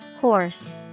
Horse